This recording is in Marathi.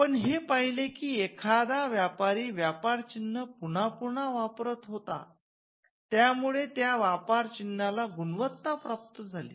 आपण हे पहिले की एखादा व्यापारी व्यापर चिन्ह पुन्हा पुन्हा वापरत होता त्यामुळे त्या व्यापार चिन्हाला गुणवत्ता प्राप्त झाली